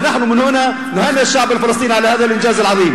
(אומר בערבית: ואנחנו מברכים מפה את העם הפלסטיני על ההישג הגדול הזה.)